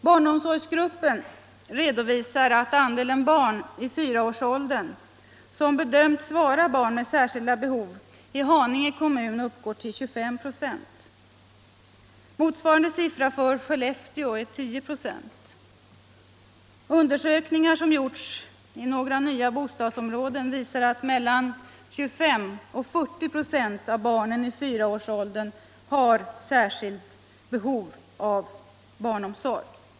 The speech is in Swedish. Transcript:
Barnomsorgsgruppen redovisar att andelen barn i fyraårsåldern, som bedömts vara barn med särskilda behov, i Haninge kommun uppgår till 25 "6. Motsvarande siffra för Skellefteå är 10 "4. Undersökningar som gjorts i några nya bostadsområden visar att mellan 25 och 40 6 av barnen i fyraårsåldern har särskilt behov av barnomsorg.